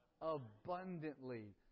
abundantly